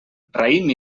raïm